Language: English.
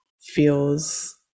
feels